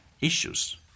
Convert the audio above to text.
issues